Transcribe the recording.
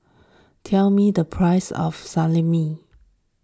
tell me the price of Salami